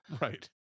Right